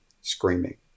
screaming